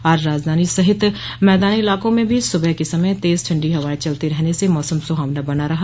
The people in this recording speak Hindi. आज राजधनी सहित मैदानी इलाकों में भी सुबह के समय तेज ठण्डी हवांए चलते रहने से मौसम सुहावना बना रहा